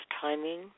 timing